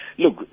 Look